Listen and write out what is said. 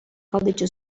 codice